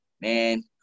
man